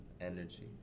energy